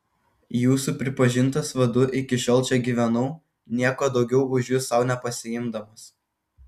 jūsų pripažintas vadu iki šiol čia gyvenau nieko daugiau už jus sau nepasiimdamas